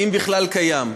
אם בכלל קיים,